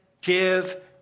give